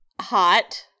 Hot